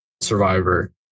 Survivor